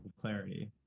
clarity